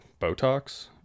Botox